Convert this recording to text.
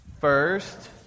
First